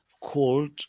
called